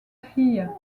fille